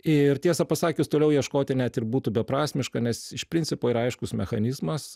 ir tiesą pasakius toliau ieškoti net ir būtų beprasmiška nes iš principo ir aiškus mechanizmas